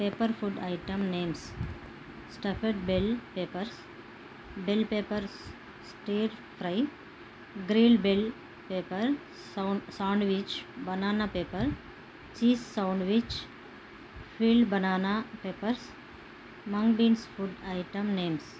paper food item names stuffed bell peppers bell peppers stir fry grill bell pepper sound sandwich banana pepper cheese sandwich field banana peppers mung beans food item names